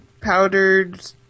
powdered